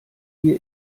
wir